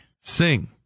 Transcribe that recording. Sing